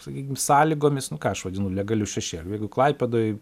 sakykim sąlygomis nu ką aš vadinu legaliu šešėliu jeigu klaipėdoj